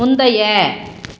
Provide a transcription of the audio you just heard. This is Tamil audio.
முந்தைய